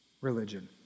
religion